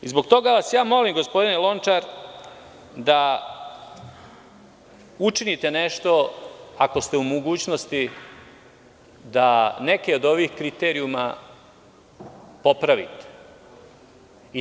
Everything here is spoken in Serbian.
Zbog toga vas molim gospodine Lončar, da učinite nešto ako ste u mogućnosti, da neke od ovih kriterijuma popravite.